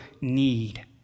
need